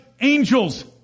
angels